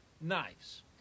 knives